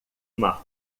uma